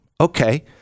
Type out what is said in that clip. Okay